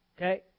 okay